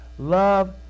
Love